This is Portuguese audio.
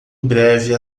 breve